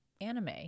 anime